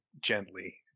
gently